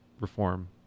reform